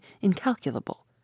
incalculable